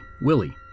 Willie